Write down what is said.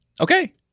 Okay